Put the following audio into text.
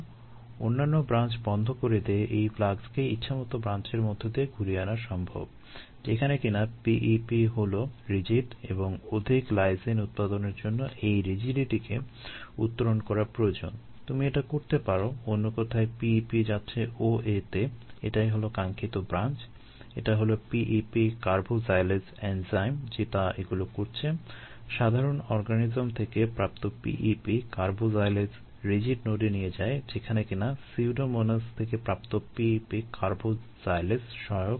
অন্যান্য ব্রাঞ্চ বন্ধ করে দিয়ে এই ফ্লাক্সকে ইচ্ছামতো ব্রাঞ্চের মধ্য দিয়ে ঘুরিয়ে আনা সম্ভব যেখানে কিনা P E P হলো রিজিড এবং অধিক লাইসিন উৎপাদনের জন্য এই রিজিডিটিকে থেকে প্রাপ্ত P E P কার্বোজাইলেজ সহায়ক হতে পারে রিজিডিটি ভাঙ্গতে সহায়ক হতে পারে